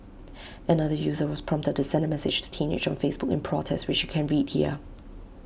another user was prompted to send A message to teenage on Facebook in protest which you can read here